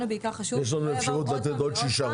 חשוב לנו שלא יבואו שוב ושוב.